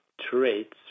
traits